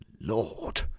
Lord